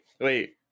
wait